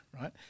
right